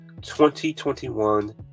2021